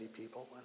people